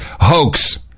hoax